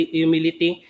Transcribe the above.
humility